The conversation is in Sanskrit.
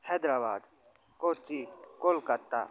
हेद्राबाद कोच्चि कोल्कत्ता